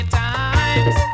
times